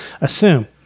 assume